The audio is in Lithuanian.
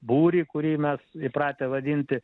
būrį kurį mes įpratę vadinti